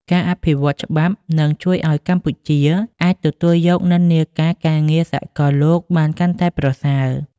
ការអភិវឌ្ឍច្បាប់នឹងជួយឱ្យកម្ពុជាអាចទទួលយកនិន្នាការការងារសកលលោកបានកាន់តែប្រសើរ។